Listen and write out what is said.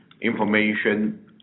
information